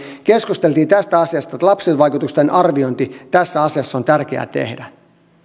keskusteltiin tästä asiasta että lapsivaikutusten arviointi tässä asiassa on tärkeää tehdä